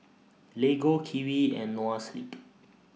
Lego Kiwi and Noa Sleep